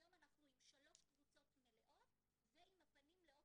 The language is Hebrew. היום אנחנו עם שלוש קבוצות מלאות ועם הפנים לעוד